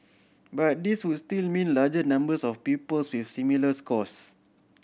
but these would still mean larger numbers of pupils with similar scores